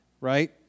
right